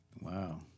Wow